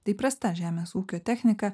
taip prastą žemės ūkio techniką